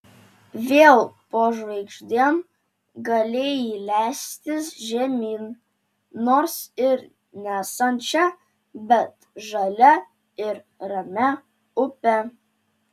vėl po žvaigždėm galėjai leistis žemyn nors ir nesančia bet žalia ir ramia upe